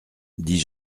dis